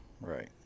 right